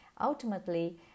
Ultimately